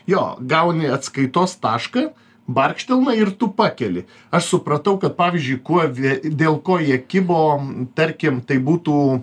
jo gauni atskaitos tašką barkštelna ir tu pakeli aš supratau kad pavyzdžiui kuo vie dėl ko jie kibo tarkim tai būtų